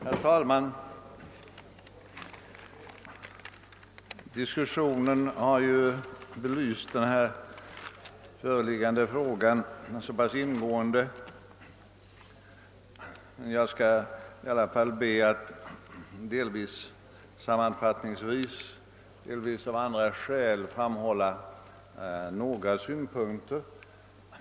Herr talman! Diskussionen i dag har belyst den föreliggande frågan mycket ingående. Trots det skall jag — bl.a. sammanfattningsvis — framföra några synpunkter.